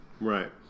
right